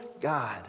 God